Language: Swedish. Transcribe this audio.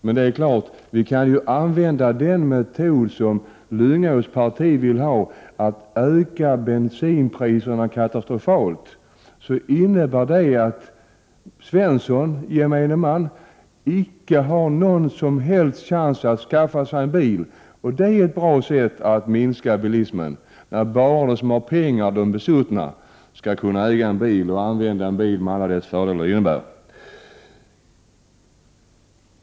Men det är klart att vi kan använda den metod som Gösta Lyngås parti vill införa, nämligen att öka bensinpriserna katastrofalt. Det leder till att Svensson, gemene man, icke har någon som helst chans att skaffa sig en bil. Det är ett bra sätt att minska bilismen, att bara de som har pengar, de besuttna, skall kunna äga och använda en bil med alla de fördelar som det innebär.